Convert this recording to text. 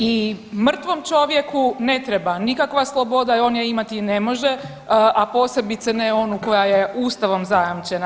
I mrtvom čovjeku ne treba nikakva sloboda i on je imati ne može, a posebice ne onu koja je Ustavom zajamčena.